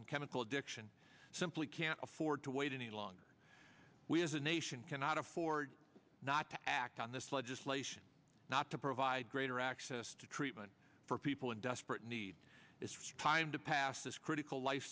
and chemical addiction simply can't afford to wait any longer we as a nation cannot afford not to act on this legislation not to provide greater access to treatment for people in desperate need it's time to pass this critical life